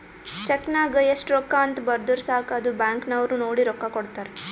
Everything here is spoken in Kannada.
ಚೆಕ್ ನಾಗ್ ಎಸ್ಟ್ ರೊಕ್ಕಾ ಅಂತ್ ಬರ್ದುರ್ ಸಾಕ ಅದು ಬ್ಯಾಂಕ್ ನವ್ರು ನೋಡಿ ರೊಕ್ಕಾ ಕೊಡ್ತಾರ್